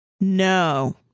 no